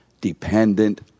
dependent